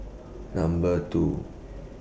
Number two